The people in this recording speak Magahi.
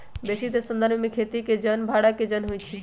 बेशीतर संदर्भ में खेती के जन भड़ा के जन होइ छइ